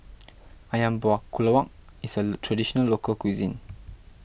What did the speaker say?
Ayam Buah Keluak is a Traditional Local Cuisine